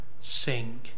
sing